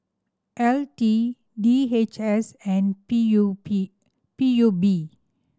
L T D H S and P U P P U B